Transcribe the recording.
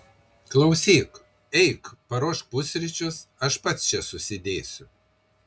klausyk eik paruošk pusryčius aš pats čia susidėsiu